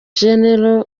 gen